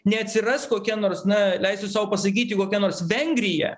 neatsiras kokia nors na leisiu sau pasakyti kokia nors vengrija